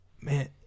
man